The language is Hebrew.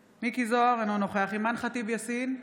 זוהר, אינו נוכח אימאן ח'טיב יאסין,